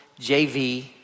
JV